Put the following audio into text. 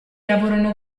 lavorano